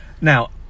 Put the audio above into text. Now